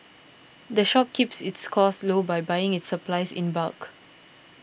the shop keeps its costs low by buying its supplies in bulk